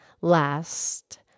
last